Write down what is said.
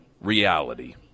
reality